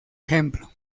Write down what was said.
ejemplo